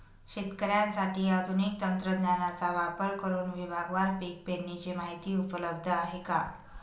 शेतकऱ्यांसाठी आधुनिक तंत्रज्ञानाचा वापर करुन विभागवार पीक पेरणीची माहिती उपलब्ध आहे का?